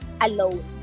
alone